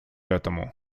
этому